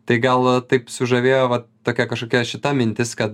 tai gal taip sužavėjo vat tokia kažkokia šita mintis kad